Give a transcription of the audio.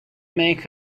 make